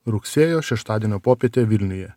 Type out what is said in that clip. rugsėjo šeštadienio popietė vilniuje